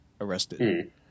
arrested